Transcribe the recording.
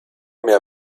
mehr